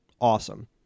awesome